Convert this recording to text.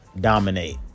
dominate